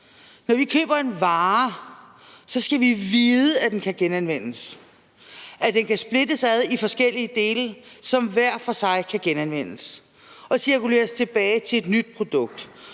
Når vi køber en vare, skal vi vide, at den kan genanvendes, at den kan splittes ad i forskellige dele, som hver for sig kan genanvendes og cirkuleres tilbage til et nyt produkt